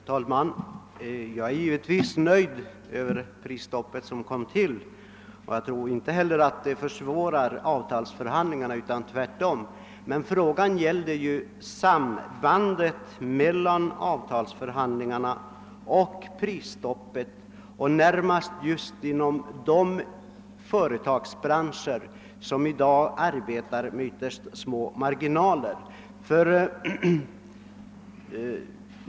Herr talman! Jag är givetvis nöjd med att prisstoppet kom till, och jag tror inte att det försvårar avtalsförhandlingarna utan tvärtom. Men frågan gällde ju sambandet mellan avtalsförhandlingarna och prisstoppet, närmast inom de: företagsbranscher som i dag arbetar med ytterst små marginaler.